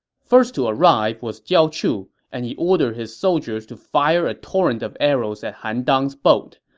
first to arrive was jiao chu, and he ordered his soldiers to fire a torrent of arrows at han dang's boat.